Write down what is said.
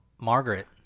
Margaret